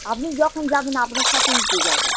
আপনি যখন যাবেন আপনার সাথেই তো যাবো